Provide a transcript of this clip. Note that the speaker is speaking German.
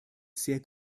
sehr